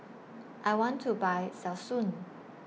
I want to Buy Selsun